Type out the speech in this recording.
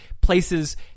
places